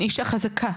אני אישה חזקה.